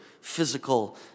physical